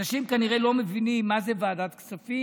אנשים כנראה לא מבינים מה זה ועדת הכספים